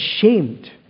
ashamed